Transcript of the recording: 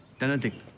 denedict.